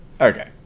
Okay